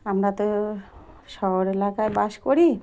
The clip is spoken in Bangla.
আমরা তো শহর এলাকায় বাস করি